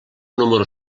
número